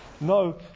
No